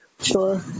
sure